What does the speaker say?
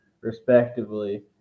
respectively